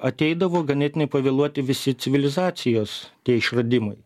ateidavo ganėtinai pavėluoti visi civilizacijos išradimai